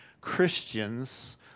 Christians